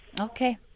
Okay